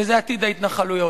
וזה עתיד ההתנחלויות.